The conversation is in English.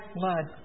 blood